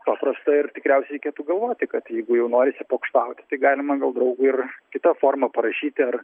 paprasta ir tikriausiai reikėtų galvoti kad jeigu jau norisi pokštauti tai galima gal draugui ir kita forma parašyti ar